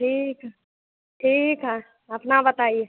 ठीक ठीक है अपना बताइए